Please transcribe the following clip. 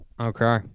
Okay